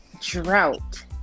drought